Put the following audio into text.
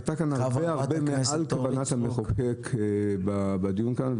היה כאן הרבה הרבה מעל כוונת המחוקק בדיון כאן.